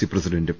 C പ്രസിഡന്റും